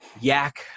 yak